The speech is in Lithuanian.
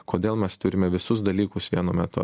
kodėl mes turime visus dalykus vienu metu